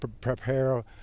prepare